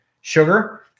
sugar